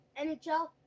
nhl